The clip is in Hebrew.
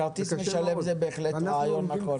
כרטיס משלם זה בהחלט רעיון נכון.